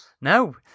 No